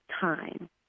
time